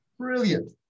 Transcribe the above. brilliant